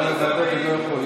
מה זה?